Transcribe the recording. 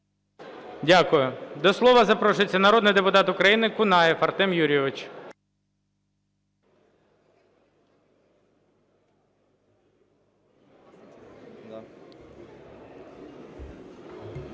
Дякую. До слова запрошується народний депутат України Кунаєв Артем Юрійович.